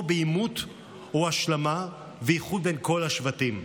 בעימות או בהשלמה ואיחוד עם כל השבטים.